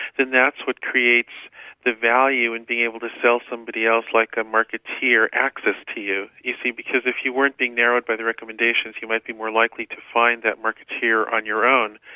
then that's what creates the value in being able to sell somebody else like a marketeer access to you. you see because if you weren't being narrowed by the recommendations, you might be more likely to find that marketeer on your own.